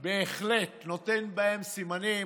בהחלט, נותן בהם סימנים.